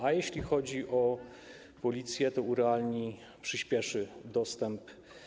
A jeśli chodzi o Policję, to urealni, przyspieszy dostęp.